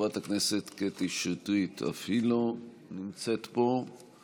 חברת הכנסת קטי שטרית אף היא לא נמצאת פה,